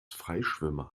freischwimmer